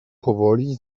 powoli